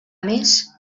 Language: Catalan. més